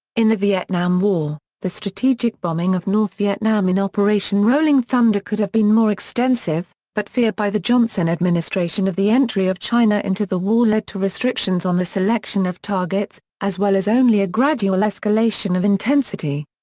in the vietnam war, the strategic bombing of north vietnam in operation rolling thunder could have been more extensive, but fear by the johnson administration of the entry of china into the war led to restrictions on the selection of targets, as well as only a gradual escalation of intensity.